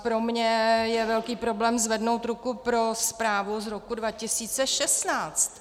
Pro mě je velký problém zvednout ruku pro zprávu z roku 2016.